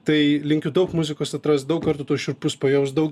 tai linkiu daug muzikos atrast daug kartų tuos šiurpus pajaust daug